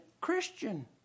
Christian